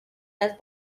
las